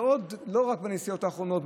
ולא רק בנסיעות האחרונות,